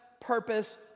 purpose